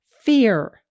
fear